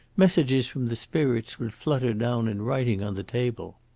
messages from the spirits would flutter down in writing on the table.